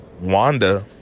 Wanda